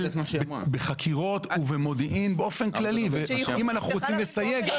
בחקירות ובמודיעין באופן כללי ואם אנחנו רוצים לסייג,